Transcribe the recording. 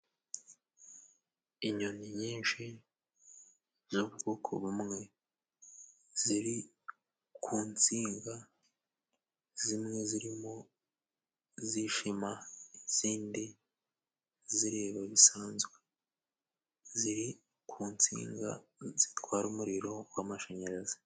Inyoni nyinshi z'ubwoko bumwe ziri ku nsinga, zimwe zirimo zishima izindi zireba bisanzwe ziri ku nsinga zitwara umuriro w'amashanyarazi.